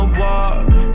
walk